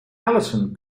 alison